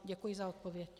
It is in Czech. Děkuji za odpověď.